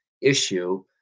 issue